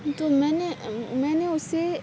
تو میں نے میں نے اُسے